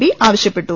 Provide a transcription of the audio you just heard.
P ആവശ്യപ്പെട്ടു